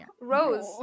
rose